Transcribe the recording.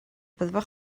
byddai